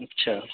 اچھا